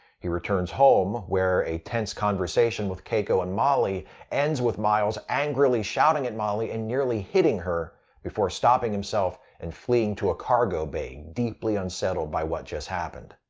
he returns home, where a tense conversation with keiko and molly ends with miles angrily shouting at molly and nearly hitting her before stopping himself and fleeing to a cargo bay, deeply unsettled by what just happened.